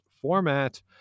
format